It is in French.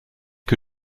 que